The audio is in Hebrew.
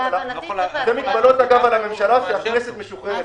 זה מגבלות על הממשלה שהכנסת משוחררת.